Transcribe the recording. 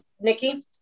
Nikki